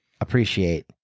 appreciate